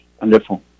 Wonderful